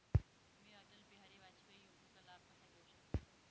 मी अटल बिहारी वाजपेयी योजनेचा लाभ कसा घेऊ शकते?